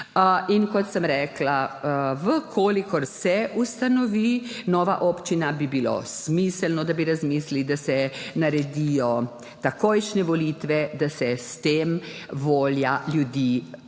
In kot sem rekla, če se ustanovi nova občina, bi bilo smiselno, da bi razmislili, da se naredijo takojšnje volitve, da se s tem volja ljudi tudi